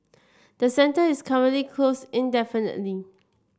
the centre is currently closed indefinitely